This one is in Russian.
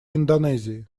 индонезии